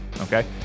okay